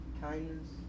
kindness